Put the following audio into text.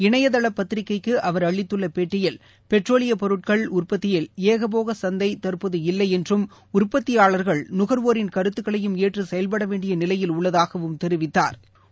இணையதள பத்திரிகைக்கு அவர் அளித்துள்ள பேட்டியில் பெட்ரோலிய பொருட்கள் உற்பத்தியில் ஏகபோக சந்தை தற்போது இல்லை என்றும் உற்பத்தியாளர்கள் நுக்வோரின் கருத்துகளையும் ஏற்று செயல்பட வேண்டிய நிலையில் உள்ளதாகவும் தெரிவித்தாா்